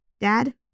Dad